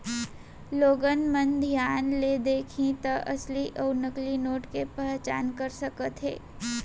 लोगन मन धियान ले देखही त असली अउ नकली नोट के पहचान कर सकथे